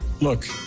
Look